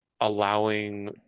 allowing